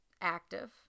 active